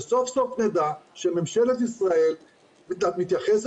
וסוף סוף נדע שממשלת ישראל מתייחסת